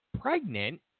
pregnant